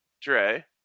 Dre